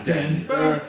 Denver